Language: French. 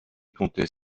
comptait